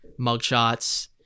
mugshots